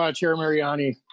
not your mariani.